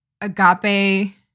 agape